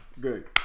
good